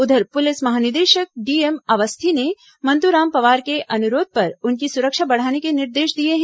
उधर पुलिस महानिदेशक डीएम अवस्थी ने मंतुराम पवार के अनुरोध पर उनकी सुरक्षा बढ़ाने के निर्देश दिए हैं